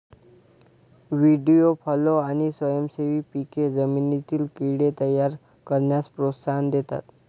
व्हीडी fallow आणि स्वयंसेवी पिके जमिनीतील कीड़े तयार करण्यास प्रोत्साहन देतात